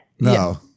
no